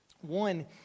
One